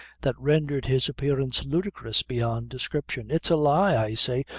that rendered his appearance ludicrous beyond description it's a lie, i say,